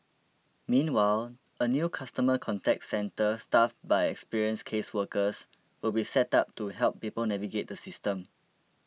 meanwhile a new customer contact centre staffed by experienced caseworkers will be set up to help people navigate the system